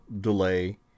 delay